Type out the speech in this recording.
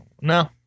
No